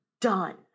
done